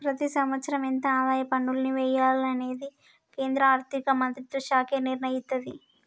ప్రతి సంవత్సరం ఎంత ఆదాయ పన్నుల్ని వెయ్యాలనేది కేంద్ర ఆర్ధిక మంత్రిత్వ శాఖే నిర్ణయిత్తది